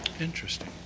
Interesting